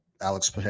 Alex